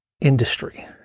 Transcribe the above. industry